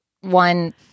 One